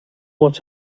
what